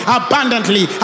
abundantly